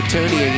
Tony